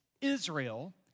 Israel